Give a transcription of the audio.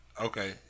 Okay